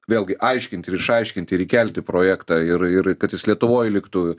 vėlgi aiškint ir išaiškint ir įkelti projektą ir ir kad jis lietuvoje liktų